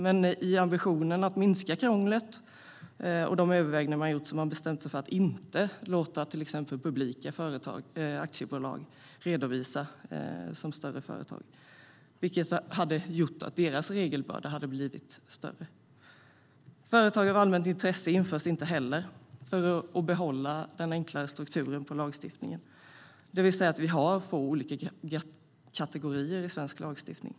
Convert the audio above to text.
Men i ambitionen att minska krånglet har man i de gjorda övervägandena bestämt sig för att inte låta till exempel publika företag, aktiebolag, redovisas som större företag, vilket hade inneburit att deras regelbörda hade blivit större. Kategorin företag av allmänt intresse införs inte heller för att behålla den enklare strukturen på lagstiftningen, det vill säga att det är få kategorier i svensk lagstiftning.